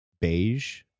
beige